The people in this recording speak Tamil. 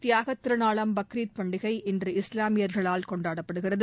தியாகத் திருநாளாம் பக்ரீத் பண்டிகை இன்று இஸ்லாமியர்களால் கொண்டாடப்படுகிறது